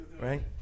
right